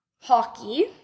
hockey